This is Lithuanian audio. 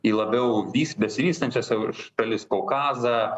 į labiau vis besivystančias šalis kaukazą